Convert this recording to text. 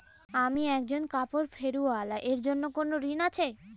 আমি একজন কাপড় ফেরীওয়ালা এর জন্য কোনো ঋণ আছে?